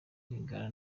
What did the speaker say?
rwigara